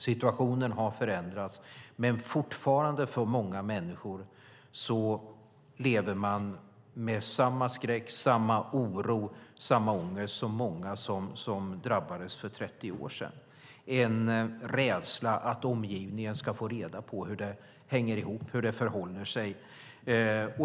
Situationen har förändrats, men fortfarande lever många människor med samma skräck, samma oro och samma ångest som många som drabbades för 30 år sedan, en rädsla att omgivningen ska få reda på hur det hänger ihop och hur det förhåller sig.